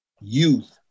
youth